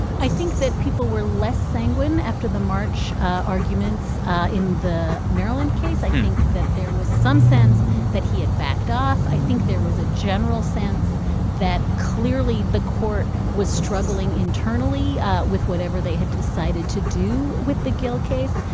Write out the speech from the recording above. i think that people were less sanguine after the march arguments in the maryland case. i think that there was some sense that he had backed off. i think there was a general sense that, clearly, the court was struggling internally with whatever they had decided to do with the gill case.